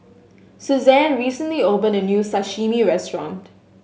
Susanne recently opened a new Sashimi Restaurant